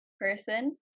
person